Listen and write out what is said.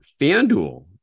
FanDuel